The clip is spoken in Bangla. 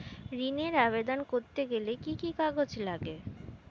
ঋণের আবেদন করতে গেলে কি কি কাগজ লাগে?